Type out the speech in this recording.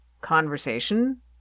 conversation